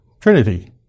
Trinity